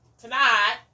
Tonight